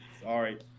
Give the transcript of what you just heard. Sorry